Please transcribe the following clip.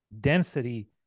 density